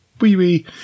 wee-wee